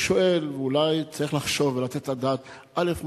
אני שואל, אולי צריך לחשוב, לתת את הדעת: א.